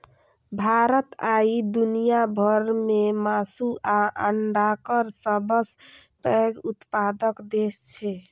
भारत आइ दुनिया भर मे मासु आ अंडाक सबसं पैघ उत्पादक देश छै